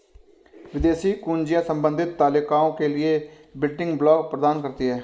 विदेशी कुंजियाँ संबंधित तालिकाओं के लिए बिल्डिंग ब्लॉक प्रदान करती हैं